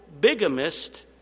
bigamist